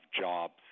jobs